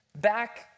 Back